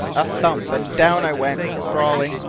a thump, and down i went, sprawling.